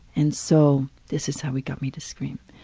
and so this is how he got me to scream.